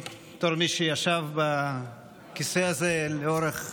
בתור מי שישב בכיסא הזה לאורך